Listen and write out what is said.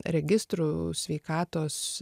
registrų sveikatos